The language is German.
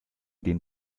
den